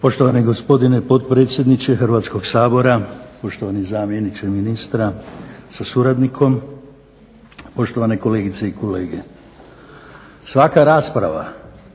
Poštovani gospodine potpredsjedniče Hrvatskog sabora, poštovani zamjeniče ministra sa suradnikom, poštovane kolegice i kolege. Svaka rasprava